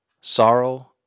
Sorrow